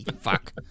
Fuck